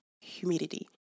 humidity